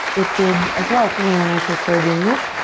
it did as well for me when i first started doing this.